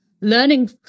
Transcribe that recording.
learning